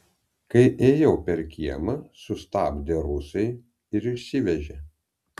kai ėjau per kiemą sustabdė rusai ir išsivežė